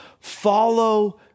follow